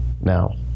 now